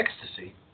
ecstasy